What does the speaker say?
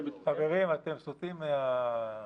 חברים, אתם סוטים מהדיון.